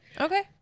Okay